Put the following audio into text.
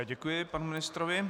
Děkuji panu ministrovi.